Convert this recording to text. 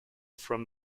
from